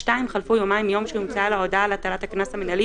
(2)חלפו יומיים מיום שהומצאה לו ההודעה על הטלת הקנס המינהלי